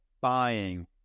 buying